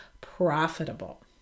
profitable